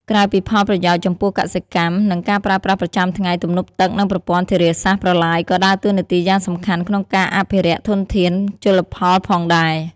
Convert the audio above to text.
ក្រៅពីផលប្រយោជន៍ចំពោះកសិកម្ម និងការប្រើប្រាស់ប្រចាំថ្ងៃ ទំនប់ទឹក និងប្រព័ន្ធធារាសាស្ត្រ-ប្រឡាយក៏ដើរតួនាទីយ៉ាងសំខាន់ក្នុងការអភិរក្សធនធានជលផលផងដែរ។